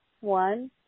one